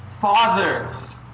Fathers